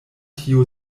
tio